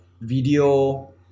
video